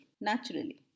naturally